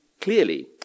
clearly